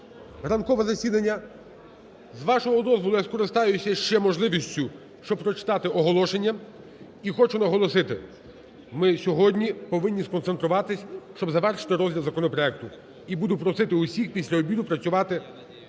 ранкове засідання. З вашого дозволу я скористаюсь ще можливістю, щоб прочитати оголошення. І хочу наголосити, ми сьогодні повинні сконцентруватись, щоб завершити розділ законопроекту. І буду просити всіх після обіду працювати